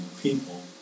people